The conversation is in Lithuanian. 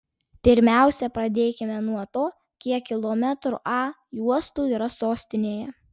pirmiausia pradėkime nuo to kiek kilometrų a juostų yra sostinėje